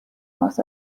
was